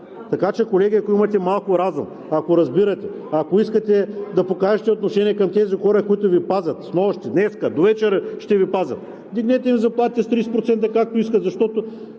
Така че, колеги, ако имате малко разум, ако разбирате, ако искате да покажете отношение към тези хора, които Ви пазят – снощи, днес, довечера ще Ви пазят, вдигнете им заплатите с 30%, както искат, защото